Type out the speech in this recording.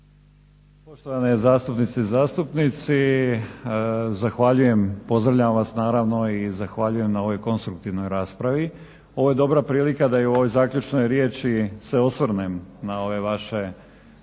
Poštovane zastupnice i zastupnici zahvaljujem, pozdravljam vas naravno, i zahvaljujem na ovoj konstruktivnoj raspravi. Ovo je dobra prilika da i u ovoj zaključnoj riječi se osvrnem na ove vaše